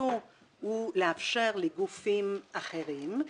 מטרתו לאפשר לגופים אחרים,